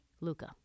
Luca